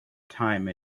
time